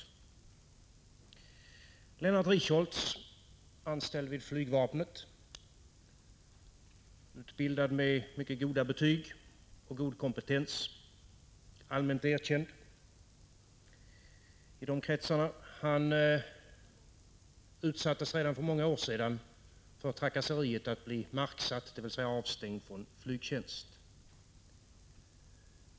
Lennart Richholtz — anställd vid flygvapnet, med mycket goda betyg från utbildningen och god kompetens, allmänt erkänd i de kretsarna — utsattes redan för många år sedan för trakasseriet att bli marksatt, dvs. avstängd från flygtjänst.